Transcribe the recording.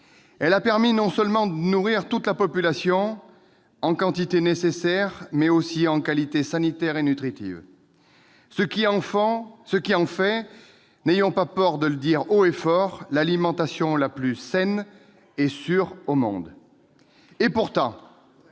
Elle a permis de nourrir toute la population non seulement en quantité nécessaire, mais aussi en qualité sanitaire et nutritive. Ce qui en fait, n'ayons pas peur de le dire haut et fort, l'alimentation la plus saine et sûre au monde. C'est